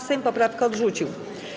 Sejm poprawkę odrzucił.